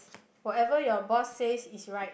whatever your boss says is right